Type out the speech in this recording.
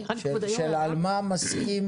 של על מה מסכים